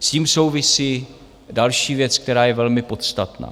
S tím souvisí další věc, která je velmi podstatná.